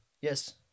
Yes